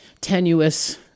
tenuous